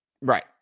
Right